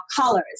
colors